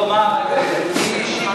את מי האשימו?